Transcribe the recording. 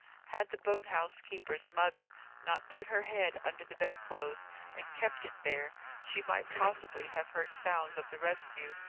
had the boat-house keeper's mother not put her head under the bed-clothes and kept it there, she might possibly have heard sounds of the rescue.